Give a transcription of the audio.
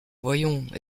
voyons